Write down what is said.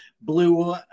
blue